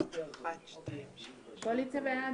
הצבעה בעד,